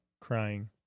crying